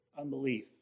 unbelief